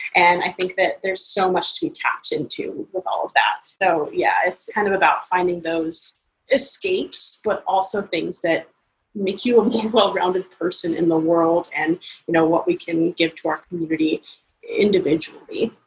and i think that there's so much to be tapped into with all of that. so yeah, it's kind of about finding those escapes, but also things that make you a more well rounded person in the world, and you know what we can give to our community individually.